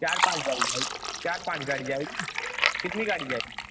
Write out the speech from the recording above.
चार पाँच गाड़ी जाएगी चार पाँच गाड़ी जाएगी कितनी गाड़ी जाएगी